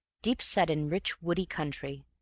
deep-set in rich woody country,